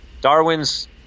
Darwin's